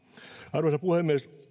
arvoisa puhemies